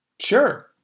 Sure